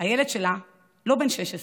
הילד שלה לא בן 16,